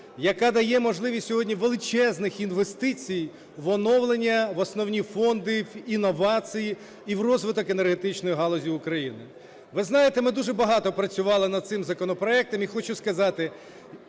яка дає можливість сьогодні величезних інвестицій в оновлення, в основні фонди, в інновації і в розвиток енергетичної галузі України. Ви знаєте, ми дуже багато працювали над цим законопроектом і хочу сказати,